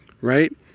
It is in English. right